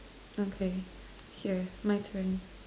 okay here my turn